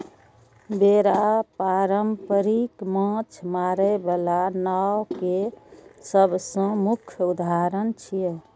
बेड़ा पारंपरिक माछ मारै बला नाव के सबसं मुख्य उदाहरण छियै